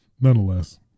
nonetheless